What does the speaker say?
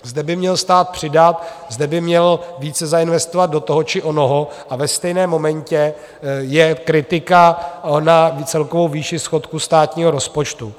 Zde by měl stát přidat, zde by měl více zainvestovat do toho či onoho, a ve stejném momentě je kritika na celkovou výši schodku státního rozpočtu.